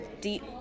deep